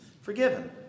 forgiven